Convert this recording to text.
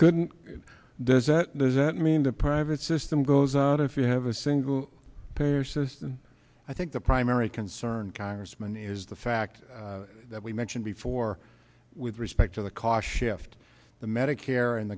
couldn't there's that does that mean the private system goes on if you have a single payer system i think the primary concern congressman is the fact that we mentioned before with respect to the kashif to the medicare and